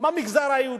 מהמגזר היהודי?